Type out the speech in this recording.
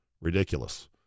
Ridiculous